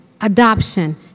adoption